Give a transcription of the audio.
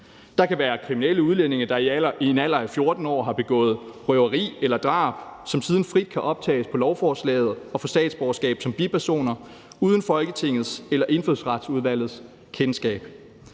Der kan være kriminelle udlændinge, der i en alder af 14 år har begået røveri eller drab, som siden frit kan optages på lovforslaget og få statsborgerskab som bipersoner uden Folketingets eller Indfødsretsudvalgets kendskab.